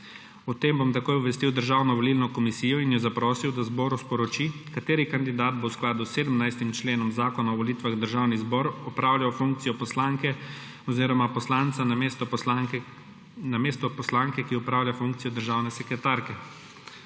O tem bom takoj obvestil Državno volilno komisijo in jo zaprosil, da zboru sporoči, kateri kandidat bo v skladu s 17. členom Zakona o volitvah v državni zbor opravljal funkcijo poslanke oziroma poslanca namesto poslanke, ki opravlja funkcijo državne sekretarke.